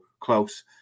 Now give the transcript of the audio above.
close